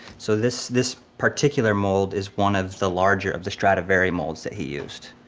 so this, this particular mold is one of the larger of the stradivari molds that he used.